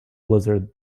blizzard